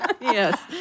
Yes